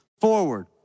forward